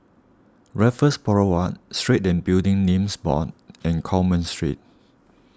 Raffles Boulevard Street and Building Names Board and Coleman Street